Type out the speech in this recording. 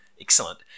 Excellent